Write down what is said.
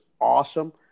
awesome